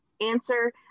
answer